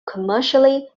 commercially